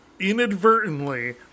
inadvertently